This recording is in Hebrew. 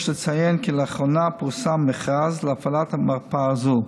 יש לציין כי לאחרונה פורסם מכרז להפעלת מרפאה זו.